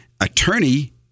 attorney